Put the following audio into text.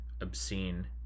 obscene